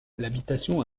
l’habitation